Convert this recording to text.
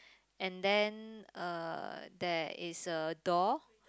and then uh there is a door